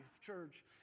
church